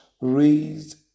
raised